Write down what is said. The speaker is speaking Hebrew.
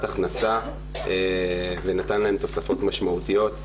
הכנסה ונתן להן תוספות משמעותיות,